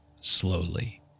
slowly